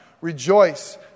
Rejoice